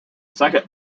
second